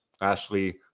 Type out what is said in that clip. Ashley